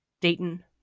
Dayton